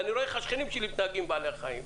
אני רואה איך השכנים שלי מתנהגים עם בעלי החיים.